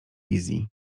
wizji